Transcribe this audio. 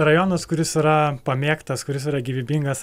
rajonas kuris yra pamėgtas kuris yra gyvybingas